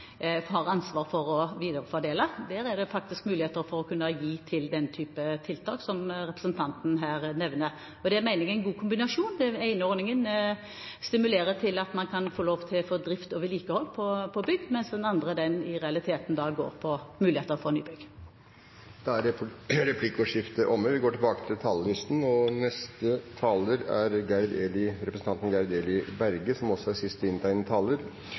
har ansvar for å viderefordele. Der er det faktisk muligheter for å kunne gi til den type tiltak som representanten her nevner. Det mener jeg er en god kombinasjon. Den ene ordningen stimulerer til at man kan få til drift og vedlikehold på bygg, mens den andre i realiteten gir muligheter for nybygg. Replikkordskiftet er